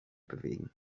bewegen